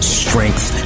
strength